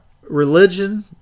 Religion